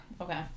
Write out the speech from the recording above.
okay